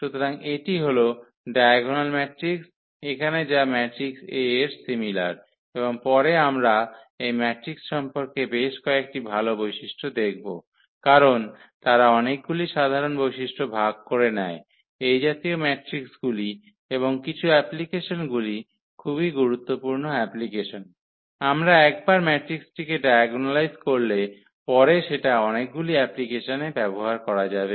সুতরাং এটি হল ডায়াগোনাল ম্যাট্রিক্স এখানে যা ম্যাট্রিক্স A এর সিমিলার এবং পরে আমরা এই ম্যাট্রিক্স সম্পর্কে বেশ কয়েকটি ভাল বৈশিষ্ট্য দেখব কারণ তারা অনেকগুলি সাধারণ বৈশিষ্ট্য ভাগ করে নেয় এই জাতীয় ম্যাট্রিকগুলি এবং কিছু অ্যাপ্লিকেশনগুলি খুবই গুরুত্বপূর্ণ অ্যাপ্লিকেশন আমরা একবার ম্যাট্রিক্সটিকে ডায়াগোনালাইজ করলে পরে সেটা অনেকগুলো অ্যাপ্লিকেশনে ব্যবহার করা যাবে